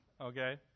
Okay